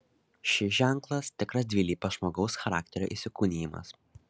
šis ženklas tikras dvilypio žmogaus charakterio įsikūnijimas